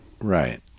Right